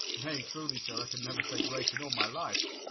nay, truly, sir, i could never say grace in all my life.